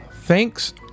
Thanks